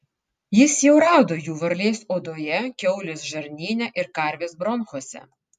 jis jau rado jų varlės odoje kiaulės žarnyne ir karvės bronchuose